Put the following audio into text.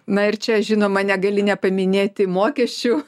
na ir čia žinoma negali nepaminėti mokesčių